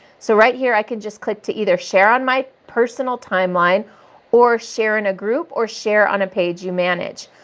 so, right here, i can just click to either share on my personal timeline or share in a group or share on a page you manage.